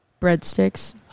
Breadsticks